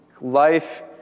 Life